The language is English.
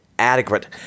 Adequate